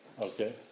Okay